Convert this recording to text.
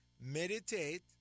meditate